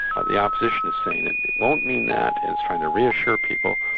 ah the opposition's saying that it won't mean that, and it's trying to reassure people,